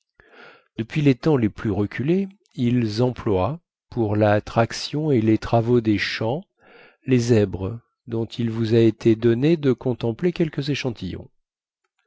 depuis les temps les plus reculés ils emploient pour la traction et les travaux des champs les zèbres dont il vous a été donné de contempler quelques échantillons